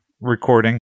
recording